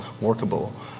workable